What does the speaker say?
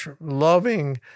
loving